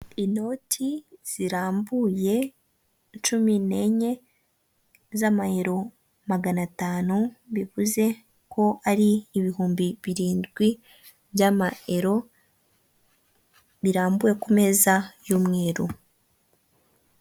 Inoti zirambuye cumi n'enye z'amayero magana atanu, bivuze ko ari ibihumbi birindwi by'ama ero birambuwe ku meza y'umweru.